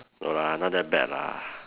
no lah not that bad lah